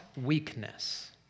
weakness